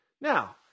Now